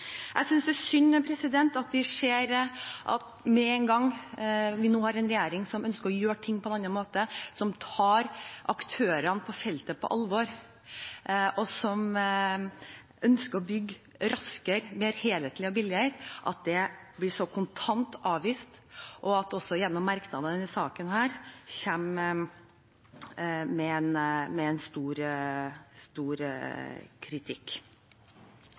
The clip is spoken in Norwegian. Jeg synes det er synd at man med en gang vi har en regjering som ønsker å gjøre ting på en annen måte, som tar aktørene på feltet på alvor, og som ønsker å bygge raskere, mer helhetlig og billigere, blir det kontant avvist, og det kommer sterk kritikk gjennom merknadene i denne saken.